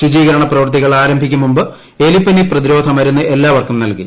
ശുചീകരണ പ്രവൃത്തികൾ ആരംഭിക്കും മുമ്പ് എലിപ്പനി പ്രതിരോധ മരുന്ന് എല്ലാവർക്കും നൽകി